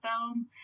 film